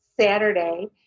Saturday